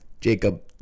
Jacob